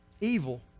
evil